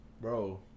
Bro